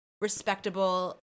respectable